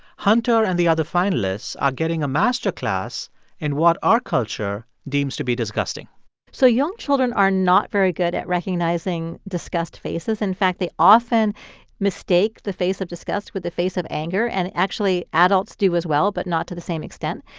hunter and the other finalists are getting a master class in what our culture deems to be disgusting so young children are not very good at recognizing disgust faces. in fact, they often mistake the face of disgust with the face of anger and actually adults do as well but not to the same extent.